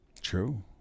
True